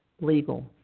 legal